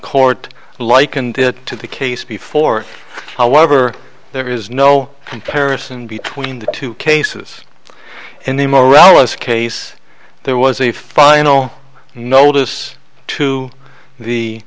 court likened it to the case before however there is no comparison between the two cases and the morales case there was a final notice to the